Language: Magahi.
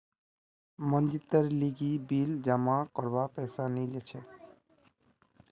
मनजीतेर लीगी बिल जमा करवार पैसा नि छी